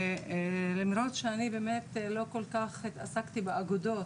למרות שאני באמת לא כל כך התעסקתי באגודות,